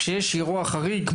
כשיש אירוע חריג,